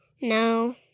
no